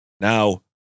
Now